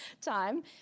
time